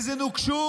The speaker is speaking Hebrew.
איזו נוקשות.